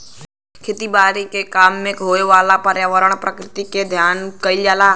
खेती बारी के काम में होए वाला पर्यावरणीय प्रक्रिया के अध्ययन कइल जाला